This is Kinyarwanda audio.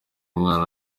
mwana